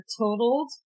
totaled